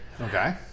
Okay